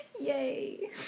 Yay